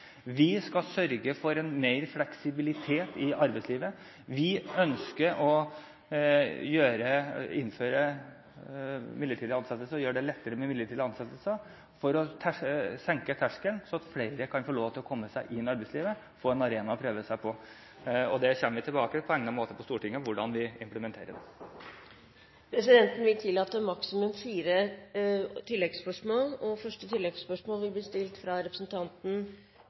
Vi skal sørge for mer fleksibilitet i arbeidslivet. Vi ønsker å gjøre det lettere med midlertidige ansettelser for å senke terskelen, så flere kan få lov til å komme seg inn i arbeidslivet – få en arena å prøve seg på. Det kommer vi tilbake til på egnet måte i Stortinget om hvordan vi implementerer. Det blir gitt anledning til fire oppfølgingsspørsmål – først Pål Farstad. Venstre synes ikke regjeringens endring av permitteringsreglene – og